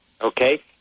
Okay